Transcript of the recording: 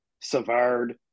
savard